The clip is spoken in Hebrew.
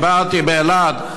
דיברתי באילת,